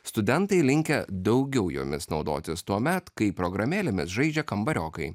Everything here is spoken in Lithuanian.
studentai linkę daugiau jomis naudotis tuomet kai programėlėmis žaidžia kambariokai